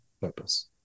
purpose